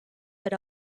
but